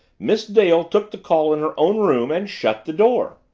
miss dale took the call in her own room and shut the door.